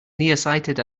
nearsighted